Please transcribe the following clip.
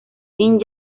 jean